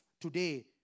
today